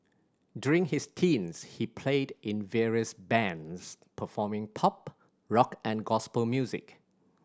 during his teens he played in various bands performing pop rock and gospel music